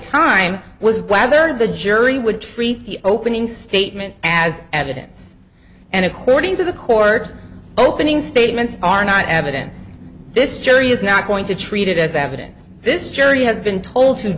time was whether the jury would treat the opening statement as evidence and according to the court's opening statements are not evidence this jury is not going to treat it as evidence this jury has been told to